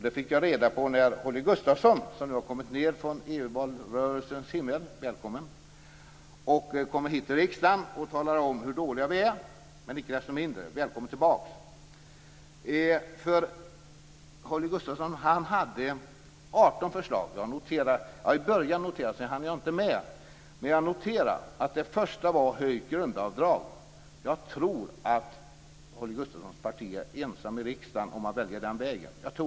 Det fick jag reda på när Holger Gustafsson - som har kommit ned från EU-valrörelsens himmel, välkommen - kom till riksdagen och talade om hur dåliga vi är. Icke desto mindre: Välkommen tillbaks! Holger Gustafsson hade 18 förslag. Jag började att notera, men sedan hann jag inte med. Men jag noterade att det första förslaget var ett höjt grundavdrag. Jag tror att Holger Gustafssons parti är ensamt i riksdagen om att välja den vägen.